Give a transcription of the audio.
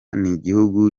nigihugu